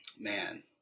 man